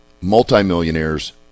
multimillionaires